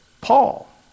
Paul